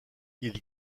ils